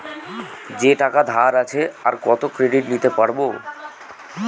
যে টাকা ধার আছে, আর কত ক্রেডিট নিতে পারবো?